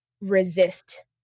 resist